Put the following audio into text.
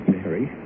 Mary